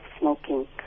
smoking